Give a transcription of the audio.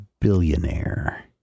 billionaire